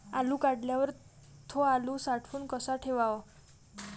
आलू काढल्यावर थो आलू साठवून कसा ठेवाव?